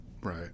right